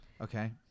okay